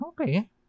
Okay